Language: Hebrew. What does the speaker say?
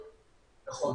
נכון.